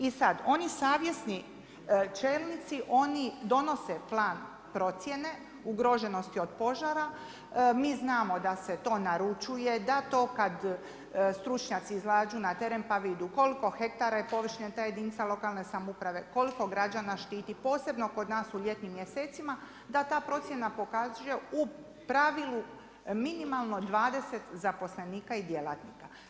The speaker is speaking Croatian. I sad, oni savjesni čelnici oni donose plan procjene ugroženosti od požara, mi znamo da se to naručuje, da to kad stručnjaci izađu na teren pa vide koliko hektara je površine ta jedinica lokalne samouprave, koliko građana štiti, posebno kod nas u ljetnim mjesecima, da ta procjena pokaže u pravilu minimalno 20 zaposlenika i djelatnika.